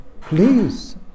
please